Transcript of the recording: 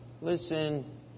listen